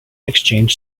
exchanged